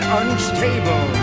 unstable